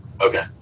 Okay